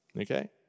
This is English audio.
okay